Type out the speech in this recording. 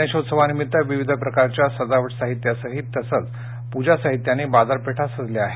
गणेशोत्सवानिमित्त विविध प्रकारच्या सजावट साहित्यासहीत तसेच पूजासाहित्यांनी बाजारपेठ सजली आहे